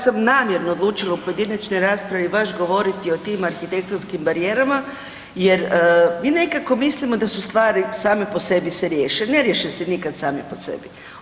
Dakle ja sam namjerno odlučila u pojedinačnoj raspravi baš govoriti o tim arhitektonskim barijerama jer, mi nekako mislimo da su stvari same po sebi se riješe, ne riješe se nikad same po sebi.